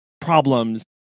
problems